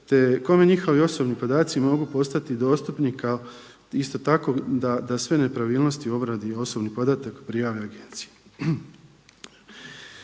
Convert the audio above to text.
te kome njihovi osobni podaci mogu postati dostupni kao isto tako da sve nepravilnosti u obradi osobnih podataka prijave Agenciji.